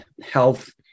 health